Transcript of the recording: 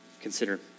Consider